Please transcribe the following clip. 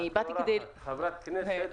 את לא אורחת, חברת הכנסת מן המניין.